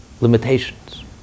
limitations